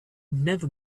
never